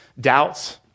doubts